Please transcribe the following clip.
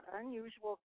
unusual